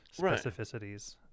specificities